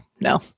no